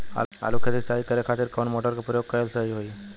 आलू के खेत सिंचाई करे के खातिर कौन मोटर के प्रयोग कएल सही होई?